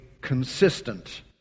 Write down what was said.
consistent